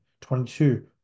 22